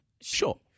Sure